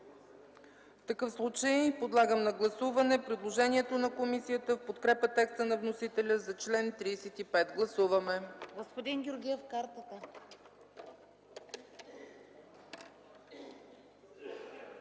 В такъв случай подлагам на гласуване предложението на комисията в подкрепа текста на вносителя за чл. 35. Гласуваме.